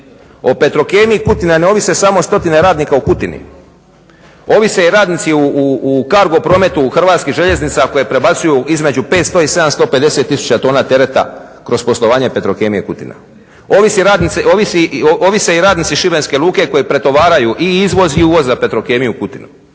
O Petrokemiji Kutina ne ovise samo stotine radnika u Kutini. Ovise radnici i u kargo prometu u HŽ-u koji prebacuju između 500 i 750 tisuća tona tereta kroz poslovanje Petrokemija Kutina. Ovise radnici i Šibenske luke koji pretovaraju i izvoz i uvoz za Petrokemiju Kutinu.